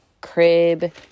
Crib